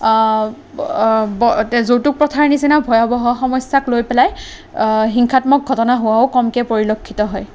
যৌতুক প্ৰথাৰ নিচিনা ভয়াৱহ সমস্য়াক লৈ পেলায় হিংসাত্মক ঘটনা হোৱাও কমকৈ পৰিলক্ষিত হয়